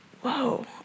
Whoa